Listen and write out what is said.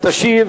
תשיב